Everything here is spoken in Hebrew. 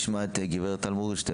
אולי נשמע את גברת טל מורגנשטיין,